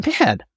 man